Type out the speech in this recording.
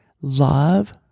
love